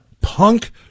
punk